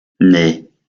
nee